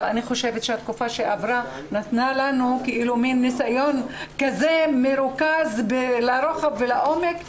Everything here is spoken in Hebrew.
אבל התקופה שעברה נתנה לנו ניסיון מרוכז לרוחב ולעומק,